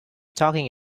talking